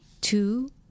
two